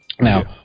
now